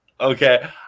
Okay